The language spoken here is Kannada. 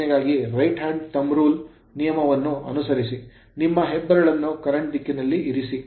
ಚಿಹ್ನೆಗಾಗಿ right hand thumb rule ಬಲಗೈ ಹೆಬ್ಬೆರಳು ನಿಯಮವನ್ನು ಅನುಸರಿಸಿ ನಿಮ್ಮ ಹೆಬ್ಬೆರಳನ್ನು current ಕರೆಂಟ್ ದಿಕ್ಕಿನಲ್ಲಿ ಇರಿಸಿ